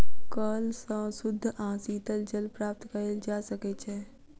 कअल सॅ शुद्ध आ शीतल जल प्राप्त कएल जा सकै छै